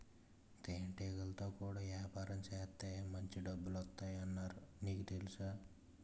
తేనెటీగలతో కూడా యాపారం సేత్తే మాంచి డబ్బులొత్తాయ్ అన్నారు నీకు తెలుసా?